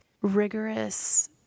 rigorous